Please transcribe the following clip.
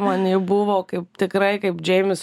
man ji buvo kaip tikrai kaip džeimis